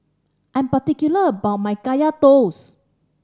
I am particular about my Kaya Toast